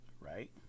right